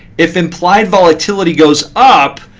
if implied volatility goes up,